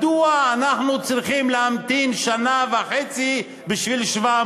מדוע אנחנו צריכים להמתין שנה וחצי בשביל 700?